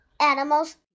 animals